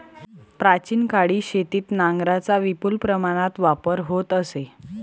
प्राचीन काळी शेतीत नांगरांचा विपुल प्रमाणात वापर होत असे